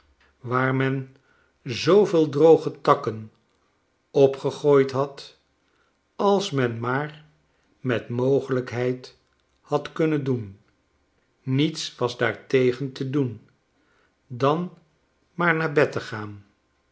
waar men zooveel droge takken op gegooid had als men maar met mogelijkheid had kunnen doen niets was daartegen te doen dan maar naar bed te gaan